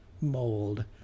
mold